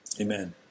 amen